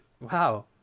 wow